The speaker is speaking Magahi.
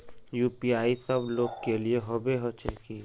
यु.पी.आई सब लोग के लिए होबे होचे की?